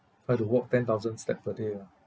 try to walk ten thousand step per day ah